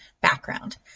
background